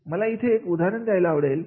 मला इथे एक उदाहरण द्यायला आवडेल